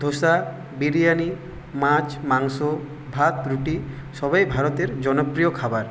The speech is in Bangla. ধোসা বিরিয়ানি মাছ মাংস ভাত রুটি সবই ভারতের জনপ্রিয় খাবার